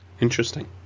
interesting